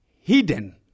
hidden